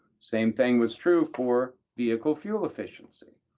same thing was true for vehicle fuel efficiency,